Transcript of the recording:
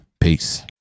Peace